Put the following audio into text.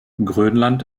grönland